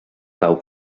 cau